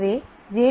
எனவே ஜே